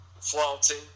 Flaunting